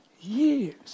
years